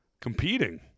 competing